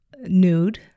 nude